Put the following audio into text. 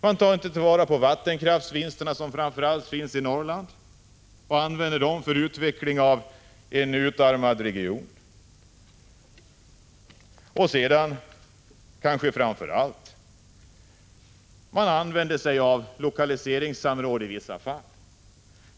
Man tar inte vara på vinsterna från vattenkraften, som framför allt finns i Norrland, och använder dem för utveckling av en utarmad region. Men framför allt: man använder sig av lokaliseringssamråd i vissa fall.